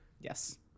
Yes